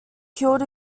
killed